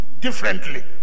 differently